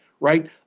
right